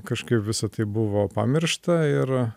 kažkaip visa tai buvo pamiršta ir